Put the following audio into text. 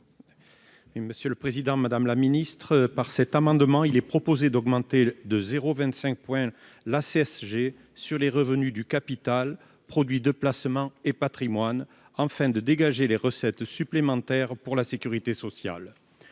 est à M. Jean-Jacques Michau. Par cet amendement, il est proposé d'augmenter de 0,25 point la CSG sur les revenus du capital- produits de placement et patrimoine -, afin de dégager des recettes supplémentaires pour la sécurité sociale.